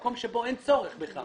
מקום שבו אין צורך בכך.